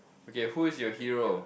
okay who is your hero